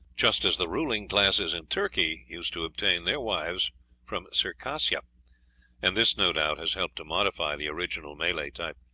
just as the ruling classes in turkey used to obtain their wives from circassia and this, no doubt, has helped to modify the original malay type.